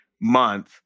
month